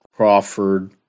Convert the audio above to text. Crawford